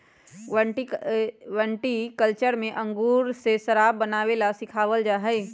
viticulture में अंगूर से शराब बनावे ला सिखावल जाहई